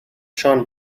shone